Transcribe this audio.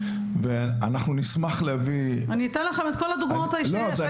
ואנחנו נשמח להביא --- אני אתן לכם את כל הדוגמאות האישיות,